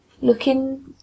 looking